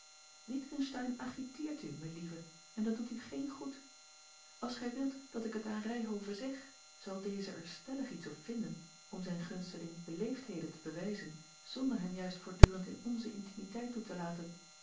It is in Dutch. witgensteyn agiteert u melieve en dat doet u geen goed als gij wilt dat ik het aan ryhove zeg zal deze er stellig iets op vinden om zijn gunsteling beleefda l g bosboom-toussaint langs een omweg heden te bewijzen zonder hem juist voortdurend in onze intimiteit toe te laten